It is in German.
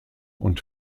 und